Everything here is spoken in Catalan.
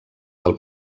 del